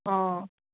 অঁ